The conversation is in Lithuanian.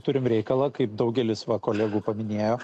turim reikalą kaip daugelis va kolegų paminėjo